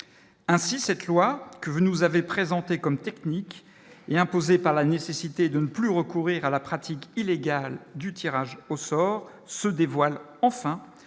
ainsi cette loi que vous nous avez présentée comme technique et imposée par la nécessité de ne plus recourir à la pratique illégale du tirage au sort se dévoile enfin